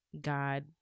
God